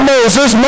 Moses